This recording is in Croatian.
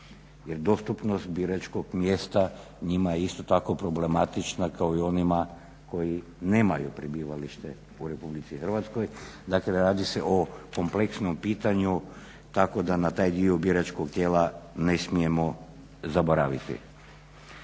jer dostupnost biračkog mjesta njima je isto problematična kao i onima koji nemaju prebivalište u RH dakle radi se o kompleksnom pitanju tako da na taj dio biračkog tijela ne smijemo zaboraviti.